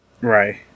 Right